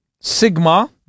sigma